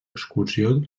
excursió